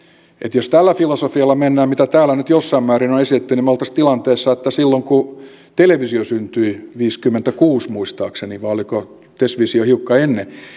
että jos tällä filosofialla mennään mitä täällä nyt jossain määrin on esitetty niin me olisimme tilanteessa että silloin kun televisio syntyi viisikymmentäkuusi muistaakseni vai oliko tesvisio hiukan ennen